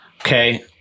Okay